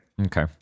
Okay